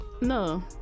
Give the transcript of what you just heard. No